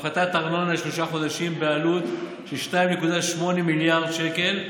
הפחתת ארנונה לשלושה חודשים בעלות של 2.8 מיליארד שקל,